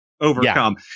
overcome